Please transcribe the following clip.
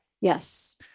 Yes